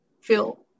feel